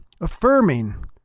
affirming